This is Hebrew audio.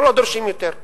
אנחנו לא דורשים יותר.